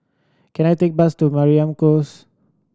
can I take a bus to Mariam Close